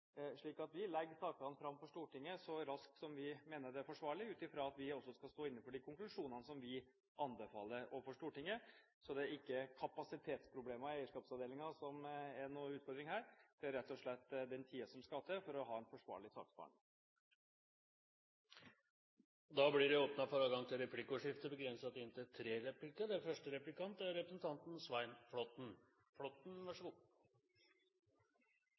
Vi legger fram sakene for Stortinget så raskt som vi mener det er forsvarlig, ut fra at vi også skal stå inne for de konklusjonene som vi anbefaler overfor Stortinget. Så det er ikke kapasitetsproblemer i eierskapsavdelingen som er utfordringen her, det er rett og slett den tiden som skal til for å ha en forsvarlig saksbehandling. Det blir åpnet for replikkordskifte. Jeg er klar over at eierskapsavdelingen og statsråden forholder seg til det